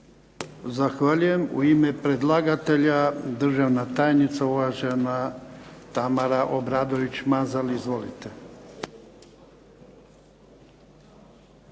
Zahvaljujem. U ime predlagatelja, državna tajnica, uvažena Tamara Obradović Mazal. Izvolite.